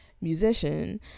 musician